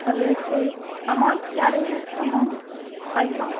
اور اس کے اماؤنٹس کیا رہیں گا اس کا اماؤنٹ فائیو کا